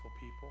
people